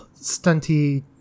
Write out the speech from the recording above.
stunty